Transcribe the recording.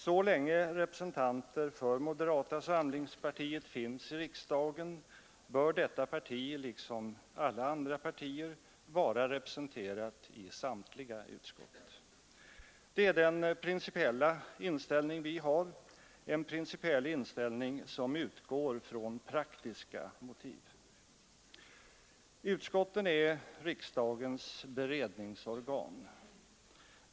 Så länge representanter för moderata samlingspartiet finns i riksdagen bör detta parti liksom alla andra partier vara representerat i samtliga utskott. Det är den principiella inställning vi har, en principiell inställning som utgår från praktiska motiv. Utskotten är riksdagens beredningsorgan.